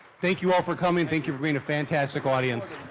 thank you all for coming, thank you for being a fantastic audience.